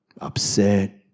upset